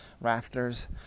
rafters